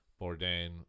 bourdain